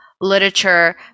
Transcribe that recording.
literature